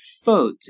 food